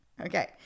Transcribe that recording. Okay